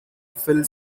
phil